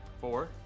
Four